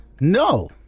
no